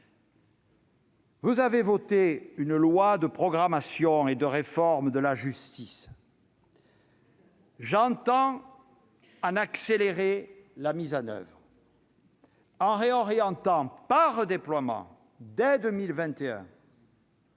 Vous avez voté une loi de programmation et de réforme de la justice ; j'entends en accélérer la mise en oeuvre, en réorientant par redéploiement, dès